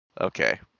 Okay